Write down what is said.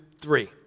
three